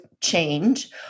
change